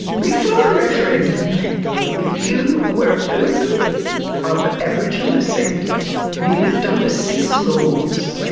before the referendum if you were a person of aboriginal descent you lived under six laws.